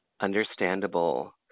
understandable